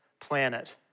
planet